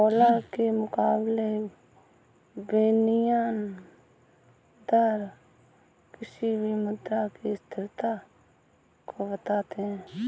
dollar के मुकाबले विनियम दर किसी भी मुद्रा की स्थिरता को बताते हैं